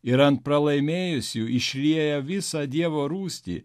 ir ant pralaimėjusių išliejo visą dievo rūstį